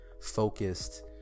focused